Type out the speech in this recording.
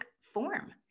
form